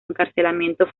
encarcelamiento